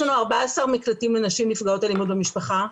יש לנו 14 מקלטים לנשים נפגעות אלימות במשפחה,